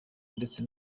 ndetse